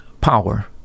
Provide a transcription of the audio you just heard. power